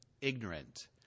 ignorant